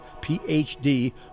Ph.D